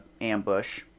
ambush